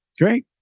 Great